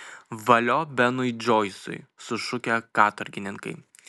valio benui džoisui sušukę katorgininkai